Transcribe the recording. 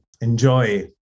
enjoy